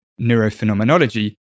neurophenomenology